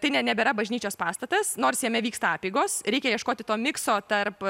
tai ne nebėra bažnyčios pastatas nors jame vyksta apeigos reikia ieškoti to mikso tarp